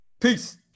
Peace